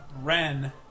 Ren